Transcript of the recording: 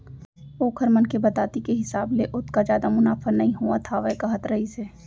ओखर मन के बताती के हिसाब ले ओतका जादा मुनाफा नइ होवत हावय कहत रहिस हे